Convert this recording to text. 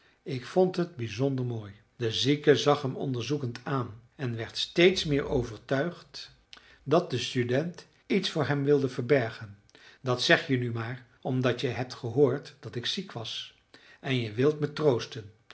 ik vond het bizonder mooi de zieke zag hem onderzoekend aan en werd steeds meer overtuigd dat de student iets voor hem wilde verbergen dat zeg je nu maar omdat je hebt gehoord dat ik ziek was en je wilt me troosten